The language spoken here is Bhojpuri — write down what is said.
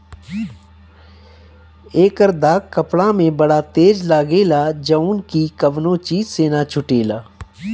एकर दाग कपड़ा में बड़ा तेज लागेला जउन की कवनो चीज से ना छुटेला